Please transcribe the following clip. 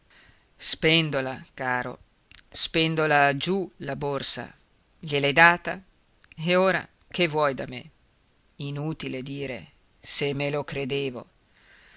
capo spendola caro spendola giù la borsa gliel'hai data e ora che vuoi da me inutile dire se me lo credevo